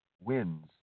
Wins